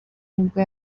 nibwo